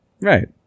Right